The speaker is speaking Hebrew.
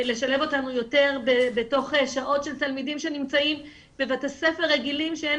לשלב אותנו יותר בתוך שעות של תלמידים שנמצאים בבתי ספר רגילים שאין